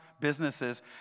businesses